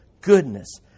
goodness